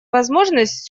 возможность